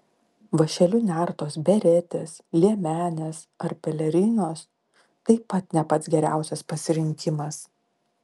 vąšeliu nertos beretės liemenės ar pelerinos taip pat ne pats geriausias pasirinkimas